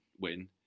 win